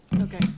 okay